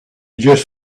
just